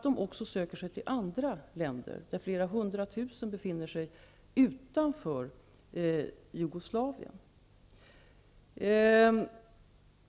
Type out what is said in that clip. De söker sig också till andra länder. Flera hundra tusen befinner sig utanför Jugoslavien.